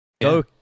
Go